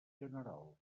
general